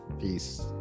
peace